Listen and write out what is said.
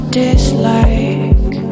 dislike